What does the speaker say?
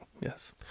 Yes